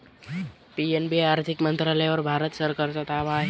PNB आर्थिक मंत्रालयावर भारत सरकारचा ताबा आहे